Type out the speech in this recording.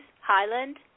Highland